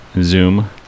Zoom